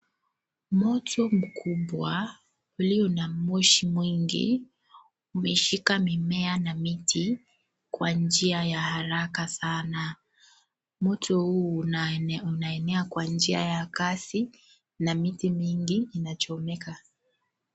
Moto mkubwa, ulio na moshi mwingi, umeshika mimea na miti, kwa njia ya haraka sana. Moto huu, unaenea kwa njia ya kasi na miti mingi inachomeka.